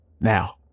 now